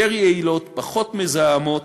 יותר יעילות, פחות מזהמות,